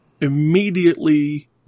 immediately